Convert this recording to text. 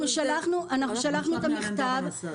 שלחנו לכם מכתב.